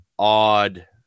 odd